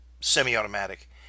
semi-automatic